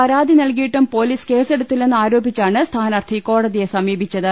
പരാതി നൽകിയിട്ടും പൊലീസ് കേസെടുത്തില്ലെന്ന് ആരോപിച്ചാണ് സ്ഥാനാർത്ഥി കോടതിയെ സമീപിച്ചത്